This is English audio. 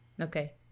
Okay